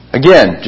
again